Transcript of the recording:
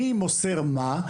מי מוסר מה.